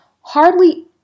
hardly